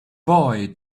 boy